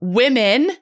women